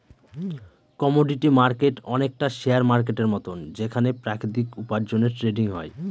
commodity market অনেকটা share মার্কেটের মতন যেখানে প্রাকৃতিক উপার্জনের ট্রেডিং হয়